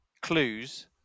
clues